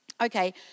Okay